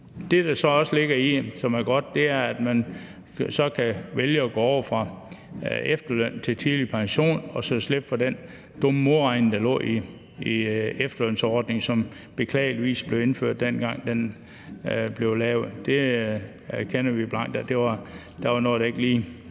Det, der så også ligger i det, som er godt, er, at man så kan vælge at gå fra efterløn over på tidlig pension og så slippe for den dumme modregning, der lå i efterlønsordningen, som beklageligvis blev indført, dengang den blev lavet. Vi erkender blankt, at der var noget, der måske ikke